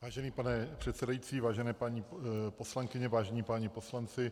Vážený pane předsedající, vážené paní poslankyně, vážení páni poslanci.